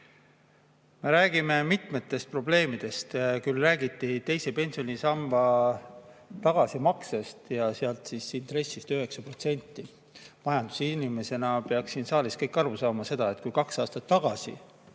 räägime mitmetest probleemidest. Küll räägiti teise pensionisamba tagasimaksetest ja intressist 9%. Majandusinimestena peaks siin saalis kõik aru saama, et kui kaks aastat tagasi